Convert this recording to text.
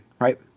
right